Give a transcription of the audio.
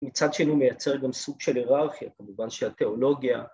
‫מצד שני הוא מייצר גם סוג של היררכיה, ‫כמובן שהתיאולוגיה...